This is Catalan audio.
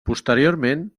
posteriorment